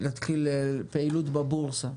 ו-20% פעילות בבורסה.